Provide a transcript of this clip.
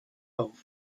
auf